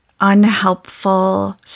unhelpful